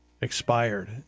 expired